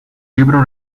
libro